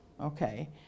okay